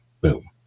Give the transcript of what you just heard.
Boom